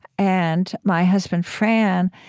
and my husband, fran,